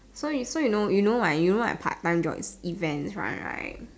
so you so you know you know you know like part time job's like events one right